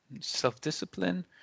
self-discipline